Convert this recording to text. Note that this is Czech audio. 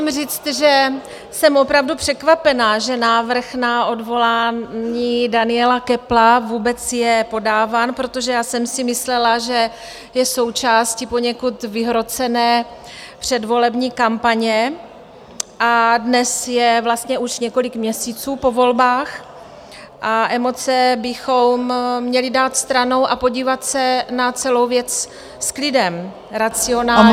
Musím říct, že jsem opravdu překvapená, že návrh na odvolání Daniela Köpla vůbec je podáván, protože jsem si myslela, že je součástí poněkud vyhrocené předvolební kampaně, a dnes je vlastně už několik měsíců po volbách, emoce bychom měli dát stranou a podívat se na celou věc s klidem, racionálně...